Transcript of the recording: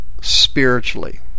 spiritually